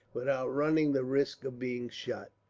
without running the risk of being shot.